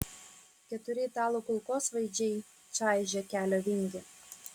keturi italų kulkosvaidžiai čaižė kelio vingį